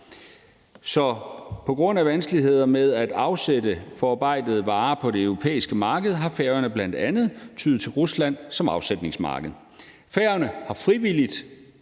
Så på grund af vanskeligheder med at afsætte forarbejdede varer på det europæiske marked har Færøerne bl.a. tyet til Rusland som afsætningsmarked. Færøerne har frivilligt